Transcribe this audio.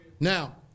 Now